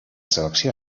selecció